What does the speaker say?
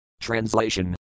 Translation